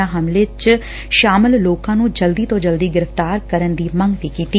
ਉਨ੍ਹਾਂ ਹਮਲੇ ਚ ਸ਼ਾਮਲ ਲੋਕਾਂ ਨ੍ਹੰ ਜਲਦੀ ਤੋਂ ਜਲਦੀ ਗ੍ਰਿਫ਼ਤਾਰ ਕਰਨ ਦੀ ਮੰਗ ਵੀ ਕੀਤੀ